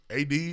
AD